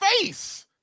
face